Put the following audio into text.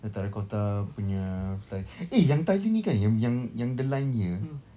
the terracotta punya apa tadi eh yang tali ni kan yang yang yang the line here